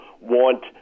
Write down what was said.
want